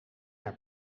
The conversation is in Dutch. haar